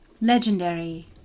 legendary